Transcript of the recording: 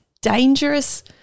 dangerous –